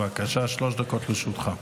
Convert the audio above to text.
בבקשה, שלוש דקות לרשותך.